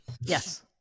yes